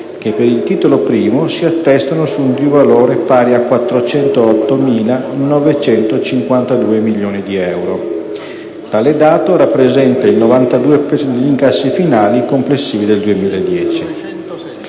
che per il titolo I si attestano su di un valore pari a 408.952 milioni di euro. Tale dato rappresenta il 92 per cento degli incassi finali complessivi del 2010.